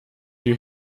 you